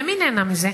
ומי נהנה מזה?